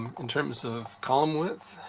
in terms of column width,